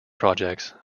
projects